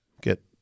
get